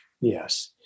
yes